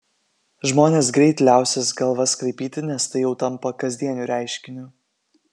žmonės greit liausis galvas kraipyti nes tai jau tampa kasdieniu reiškiniu